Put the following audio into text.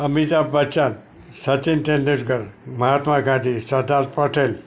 Amitabh Bachchan Sachin Tendulkar Mahatma Gandhi Sardar Patel